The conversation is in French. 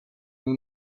nous